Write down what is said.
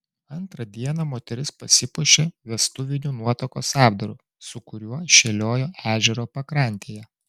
antrą dieną moteris pasipuošė vestuviniu nuotakos apdaru su kuriuo šėliojo ežero pakrantėje